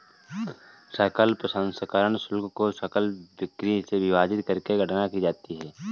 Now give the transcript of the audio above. सकल प्रसंस्करण शुल्क को सकल बिक्री से विभाजित करके गणना की जाती है